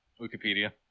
Wikipedia